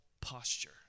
posture